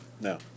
no